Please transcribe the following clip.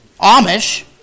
Amish